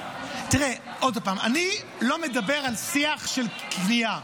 תראה, עוד פעם, אני לא מדבר על שיח של כפייה.